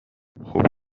خوب